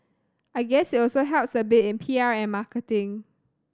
I guess it also helps a bit in P R and marketing